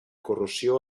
corrosió